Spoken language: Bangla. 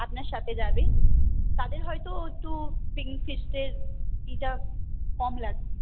আপনার সাথে যাবে তাদের হয়তো একটু পিকনিক ফিস্টের ইটা কম লাগ